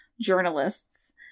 journalists